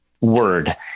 word